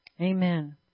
Amen